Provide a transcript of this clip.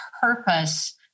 purpose